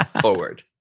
forward